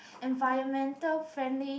environmental friendly